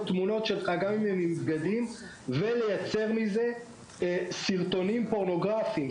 תמונות שלך ולייצר מזה סרטונים פורנוגרפיים.